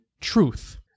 truth